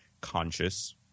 conscious